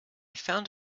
found